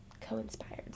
co-inspired